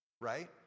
right